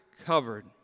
covered